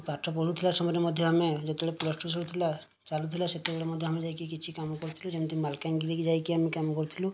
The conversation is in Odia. ପାଠ ପଢ଼ୁଥିଲା ସମୟରେ ମଧ୍ୟ ଆମେ ଯେତେବେଳେ ପ୍ଲସ୍ ଟୁ ସରିଥିଲା ଚାଲୁଥିଲା ସେତେବେଳେ ଆମେ ଯାଇକି ମଧ୍ୟ କିଛି କାମ କରିଥିଲୁ ଯେମିତି ମାଲକାନଗିରି କି ଯାଇକି ଆମେ କାମ କରିଥିଲୁ